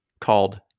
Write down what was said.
called